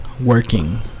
Working